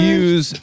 use